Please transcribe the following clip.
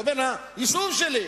הוא בן היישוב שלי.